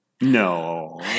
No